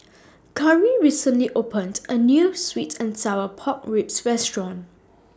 Cari recently opened A New Sweet and Sour Pork Ribs Restaurant